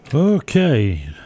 okay